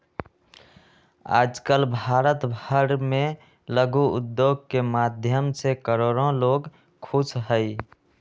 आजकल भारत भर में लघु उद्योग के माध्यम से करोडो लोग खुश हई